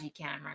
camera